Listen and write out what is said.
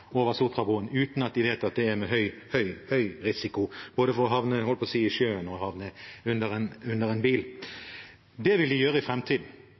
Sotrabrua uten at de vet at det er med høy, høy risiko både for å havne – jeg holdt på å si – i sjøen og å havne under en bil. Det vil de gjøre i